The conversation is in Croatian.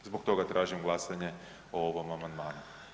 Zbog toga tražim glasanje o ovom amandmanu.